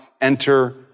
enter